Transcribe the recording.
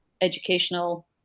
educational